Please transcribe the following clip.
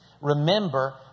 Remember